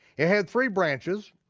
it had three branches,